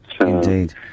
Indeed